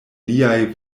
liaj